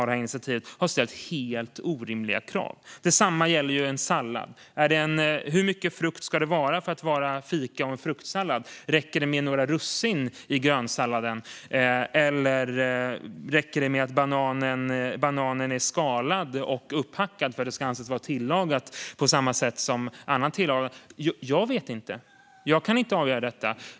Extra ändringsbudget för 2020 - Anpassning-ar av reglerna om stöd vid korttidsarbete och tillfälliga anstånd samt ett effektivare informationsutbyte inom Skatteverket m.m. med anledning av coronaviruset Detsamma gäller sallad. Hur mycket frukt ska det vara för att vara fika och fruktsallad? Räcker det med några russin i grönsalladen? Eller räcker det att bananen är skalad och upphackad för att den ska anses vara tillagad som lunch? Jag vet inte. Jag kan inte avgöra detta.